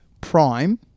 Prime